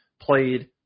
played